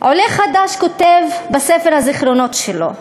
עולה חדש כותב בספר הזיכרונות שלו: